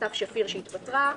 סתיו שפיר שהתפטרה,